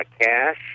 cash